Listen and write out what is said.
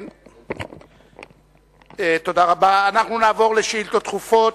אנחנו נעבור לשאילתות דחופות.